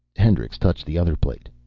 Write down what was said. hendricks touched the other plate.